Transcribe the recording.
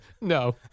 No